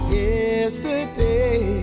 yesterday